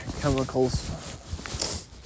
chemicals